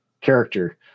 character